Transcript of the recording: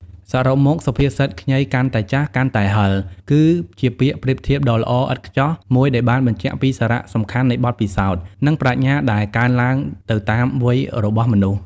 សរុបមក សុភាសិត ខ្ញីកាន់តែចាស់ កាន់តែហឹរ គឺជាពាក្យប្រៀបធៀបដ៏ល្អឥតខ្ចោះមួយដែលបានបញ្ជាក់ពីសារៈសំខាន់នៃបទពិសោធន៍ និងប្រាជ្ញា ដែលកើនឡើងទៅតាមវ័យរបស់មនុស្ស។